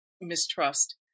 mistrust